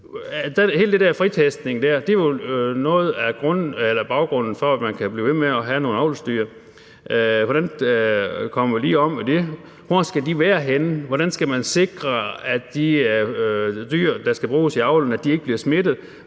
det er noget af baggrunden for, at man kan blive ved med at have nogle avlsdyr. Hvordan kommer vi lige omkring det? Hvor skal de være henne? Hvordan skal man sikre, at de dyr, der skal bruges til avl, ikke bliver smittet?